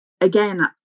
again